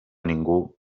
ningú